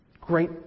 great